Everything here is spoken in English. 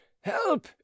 help